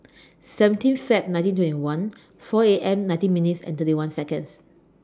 seventeen Feb nineteen twenty one four A M nineteen minutes and thirty one Seconds